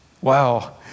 Wow